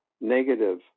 negative